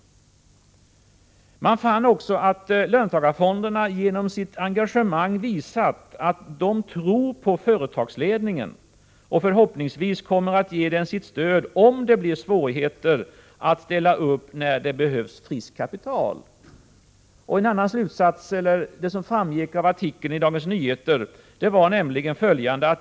Man fann också att löntagarfonderna genom sitt engagemang visat att de tror på företagsledningen och förhoppningsvis kommer att ge den sitt stöd om det blir svårigheter genom att ställa upp när det behövs friskt kapital. Vidare framgår det av artikeln i Dagens Nyheter följande.